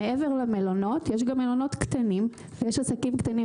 מעבר למלונות הגדולים יש גם מלונות קטנים ועסקים קטנים,